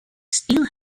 steele